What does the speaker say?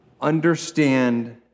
understand